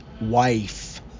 wife